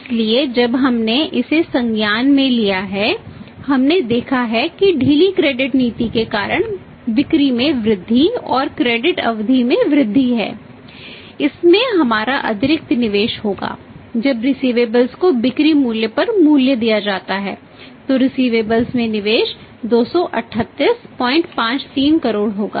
इसलिए जब हमने इसे संज्ञान में लिया है हमने देखा है कि ढीली क्रेडिट में निवेश 23853 करोड़ होगा